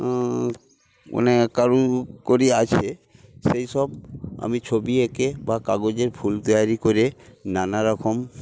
অনেক কারুকরি আছে সেইসব আমি ছবি এঁকে বা কাগজের ফুল তৈরি করে নানা রকম